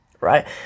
Right